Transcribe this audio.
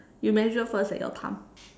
you measure first eh your thumb